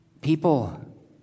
People